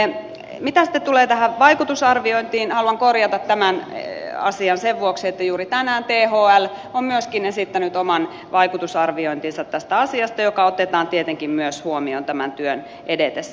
mitä sitten tulee tähän vaikutusarviointiin haluan korjata tämän asian sen vuoksi että juuri tänään thl on myöskin esittänyt tästä asiasta oman vaikutusarviointinsa joka otetaan tietenkin myös huomioon tämän työn edetessä